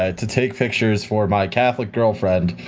ah to take pictures for my catholic girlfriend